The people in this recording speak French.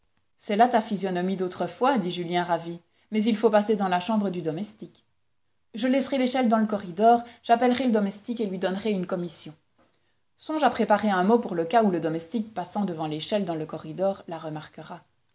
c'est là ta physionomie d'autrefois dit julien ravi mais il faut passer dans la chambre du domestique je laisserai l'échelle dans le corridor j'appellerai le domestique et lui donnerai une commission songe à préparer un mot pour le cas où le domestique passant devant l'échelle dans le corridor la remarquera